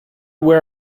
where